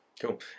Cool